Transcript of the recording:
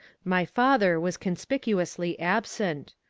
my father was conspicuously absent.